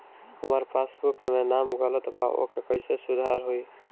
हमार पासबुक मे नाम गलत बा ओके कैसे सुधार होई?